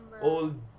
Old